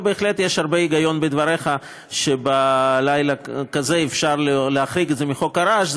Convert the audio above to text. ובהחלט יש הרבה היגיון בדבריך שבלילה כזה אפשר להחריג את זה מחוק הרעש,